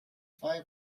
via